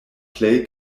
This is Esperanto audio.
plej